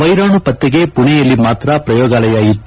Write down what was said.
ವೈರಾಣು ಪತ್ತೆಗೆ ಪುಣೆಯಲ್ಲಿ ಮಾತ್ರ ಪ್ರಯೋಗಾಲಯ ಇತ್ತು